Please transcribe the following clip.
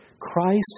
Christ